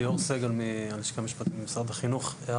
ליאור סגל מהלשכה המשפטית במשרד החינוך.